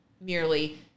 merely